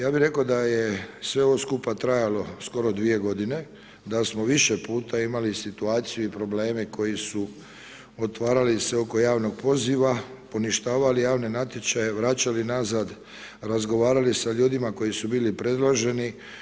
Ja bih rekao da je sve ovo skupa trajalo skoro dvije godine, da smo više puta imali situaciju i probleme koji su otvarali se oko javnog poziva, poništavali javne natječaje, vračali nazad razgovarali sa ljudima koji su bili predloženi.